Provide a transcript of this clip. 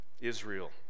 Israel